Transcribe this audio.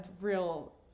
real